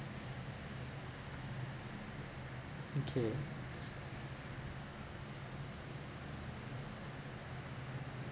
okay